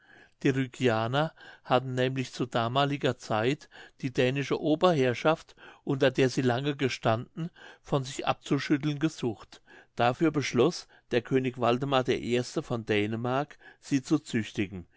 die rügianer hatten nämlich zu damaliger zeit die dänische oberherrschaft unter der sie lange gestanden von sich abzuschütteln gesucht dafür beschloß der könig waldemar i von dänemark sie zu züchtigen